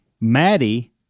Maddie